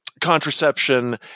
contraception